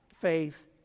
faith